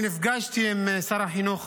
נפגשתי עם שר החינוך